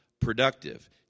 productive